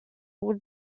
would